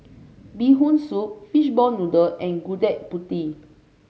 Bee Hoon Soup Fishball Noodle and Gudeg Putih